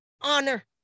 honor